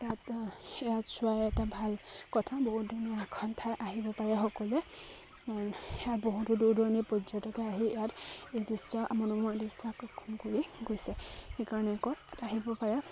ইয়াত ইয়াত চোৱাৰ এটা ভাল কথা বহুত ধুনীয়া এখন ঠাই আহিব পাৰে সকলোৱে ইয়াৰ বহুতো দূৰ দূৰণিৰ পৰ্যটকে আহি ইয়াত এই দৃশ্য় মনোমোহা দৃশ্য় আকৰ্ষণ কৰি গৈছে সেইকাৰণে আকৌ ইয়াত আহিব পাৰে